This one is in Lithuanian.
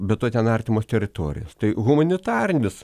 be to ten artimos teritorijos tai humanitarinis